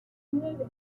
nueve